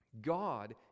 God